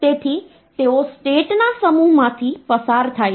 તેથી તેઓ સ્ટેટ ના સમૂહમાંથી પસાર થાય છે